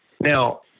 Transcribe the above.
Now